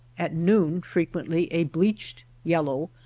at noon frequently a bleached yellow,